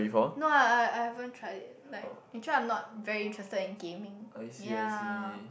no I I I haven't tried it like actually I'm not very interested in gaming ya